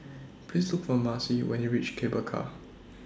Please Look For Marcie when YOU REACH Cable Car